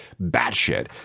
batshit